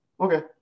okay